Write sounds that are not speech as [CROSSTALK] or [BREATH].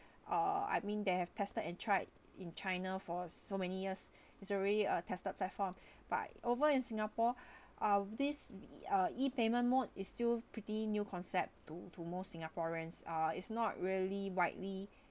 [BREATH] uh I mean they have tested and tried in china for so many years [BREATH] it's already uh tested platform [BREATH] but over in singapore [BREATH] uh this uh e-payment mode is still pretty new concept to to most singaporeans ah it's not really widely [BREATH]